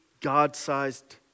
God-sized